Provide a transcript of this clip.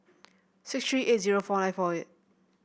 six three eight zero four nine four eight